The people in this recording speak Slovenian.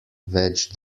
več